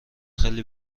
خیلی